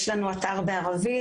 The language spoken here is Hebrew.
יש לנו אתר בערבית.